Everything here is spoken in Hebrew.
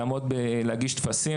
להגיש טפסים,